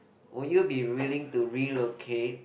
would you be willing to relocate